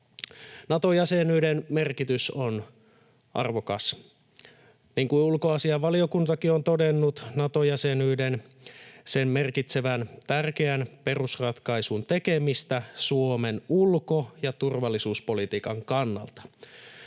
Nato-jäsenyyden merkitys on arvokas. Niin kuin ulkoasiainvaliokuntakin on todennut, Nato-jäsenyys merkitsee tärkeän perusratkaisun tekemistä Suomen ulko- ja turvallisuuspolitiikan kannalta.